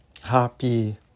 Happy